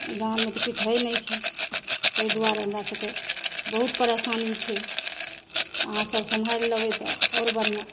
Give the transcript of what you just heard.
गाममे तऽ किछु होइ नहि छै तैं दुआरे हमरासभके बहुत परेशानी छै अहाँसभ समहारि लेबै तऽ आओर बढ़िआँ